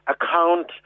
account